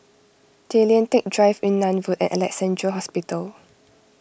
Tay Lian Teck Drive Yunnan Road and Alexandra Hospital